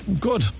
Good